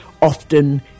Often